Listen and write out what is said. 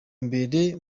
mbere